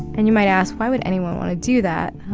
and you might ask, why would anyone want to do that?